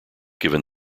given